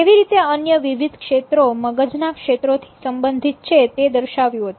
કેવી રીતે અન્ય વિવિધ ક્ષેત્રો મગજના ક્ષેત્રો થી સંબંધિત છે તે દર્શાવ્યું હતું